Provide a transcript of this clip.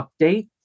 update